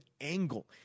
Angle